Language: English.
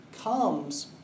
comes